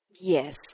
Yes